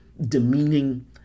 demeaning